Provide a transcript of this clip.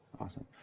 Awesome